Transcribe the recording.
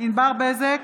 ענבר בזק,